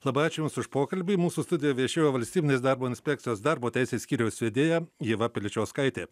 labai ačiū jums už pokalbį mūsų studija viešėjo valstybinės darbo inspekcijos darbo teisės skyriaus vedėja ieva piličiauskaitė